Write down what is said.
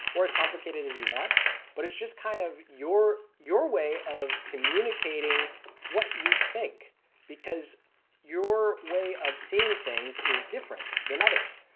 or as complicated as you want but it is just kind of your your way of communicating what you think because your way of seeing things is different than others.